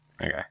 Okay